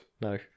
No